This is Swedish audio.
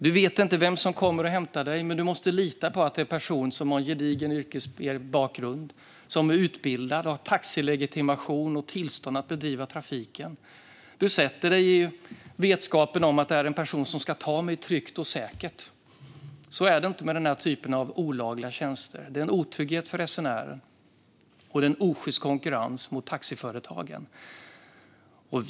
Du vet inte vem som kommer och hämtar dig, men du måste lita på att det är en person som har en gedigen yrkesbakgrund, som är utbildad och som har taxilegitimation och tillstånd att bedriva trafik. Du sätter dig i bilen i vetskap om att det är en person som ska köra dig tryggt och säkert. Så är det inte med den här typen av olagliga tjänster. Det är en otrygghet för resenärer, och det är en osjyst konkurrens gentemot taxiföretagen.